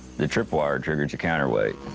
the trip wire triggers your counterweight.